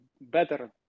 better